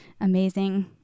amazing